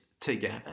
together